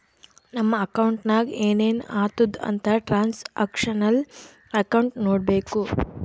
ನಮ್ ಅಕೌಂಟ್ನಾಗ್ ಏನೇನು ಆತುದ್ ಅಂತ್ ಟ್ರಾನ್ಸ್ಅಕ್ಷನಲ್ ಅಕೌಂಟ್ ನೋಡ್ಬೇಕು